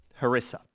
harissa